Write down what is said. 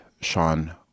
Sean